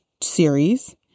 series